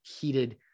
heated